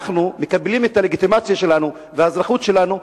אנחנו מקבלים את הלגיטימציה שלנו והאזרחות שלנו,